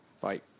Bye